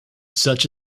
such